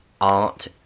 art